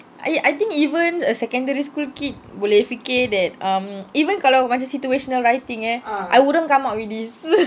I I think even a secondary school kid boleh fikir that um even kalau macam situational writing eh I wouldn't come up with this